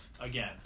Again